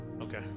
Okay